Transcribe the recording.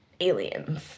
aliens